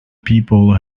people